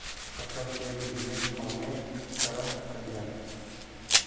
फसल क बिजनेस कउने तरह कईल जाला?